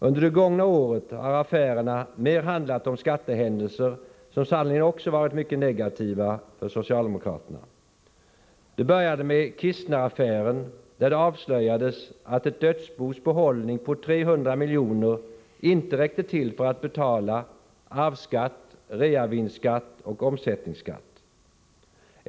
Under det gångna året har affärerna mer handlat om skattehändelser, som sannerligen också varit mycket negativa för socialdemokraterna. Det började med Kistneraffären, där det avslöjades att ett dödsbos behållning på 300 milj.kr. inte räckte till för att betala arvsskatt, reavinstskatt och omsättningsskatt.